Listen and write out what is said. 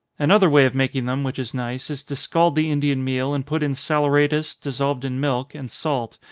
another way of making them, which is nice, is to scald the indian meal, and put in saleratus, dissolved in milk and salt,